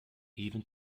even